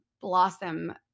blossom